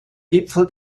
gipfel